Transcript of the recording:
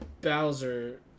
Bowser